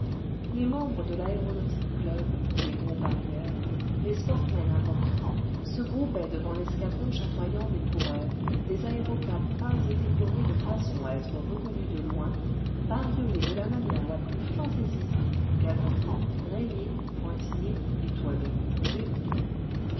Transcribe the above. les membres cle laéronautic club les gros parieurs les sportmen importants se groupaient devant l'escadron chatoyant des coureurs des aérocabs peints et décorés de façon à être reconnus de loin bariolés de la manière la plus fantaisiste quadrillés rayés pointillés étoiles zébrés